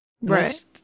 right